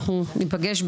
אנחנו ניפגש בקרוב.